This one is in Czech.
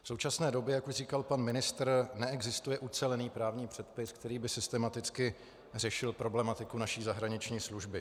V současné době, jak už říkal pan ministr, neexistuje ucelený právní předpis, který by systematicky řešil problematiku naší zahraniční služby.